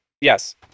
yes